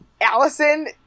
Allison